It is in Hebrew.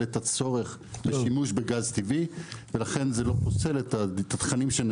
את הצורך לשימוש בגז טבעי ולכן זה לא פוסל את התכנים-